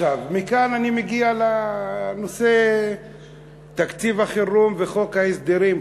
מכאן אני מגיע לנושא תקציב החירום וחוק ההסדרים,